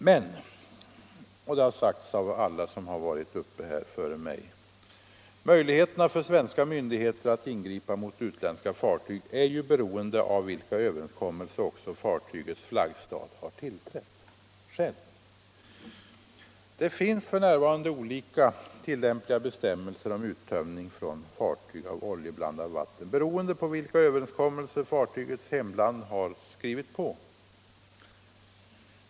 Men — och det har sagts av alla som deltagit i denna debatt — möjligheterna för svenska myndigheter att ingripa mot utländska 185 fartyg är beroende av vilka överenskommelser fartygens flaggstat har tillträtt. Det finns f. n. olika tillämpliga bestämmelser om uttömning från fartyg av oljeblandat vatten beroende på vilka överenskommelser fartygets hemland har skrivit under.